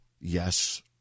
yes